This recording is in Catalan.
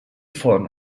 font